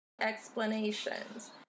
Explanations